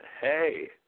hey –